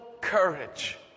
courage